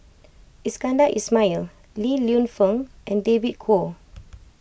Iskandar Ismail Li Lienfung and David Kwo